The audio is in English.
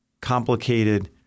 complicated